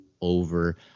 over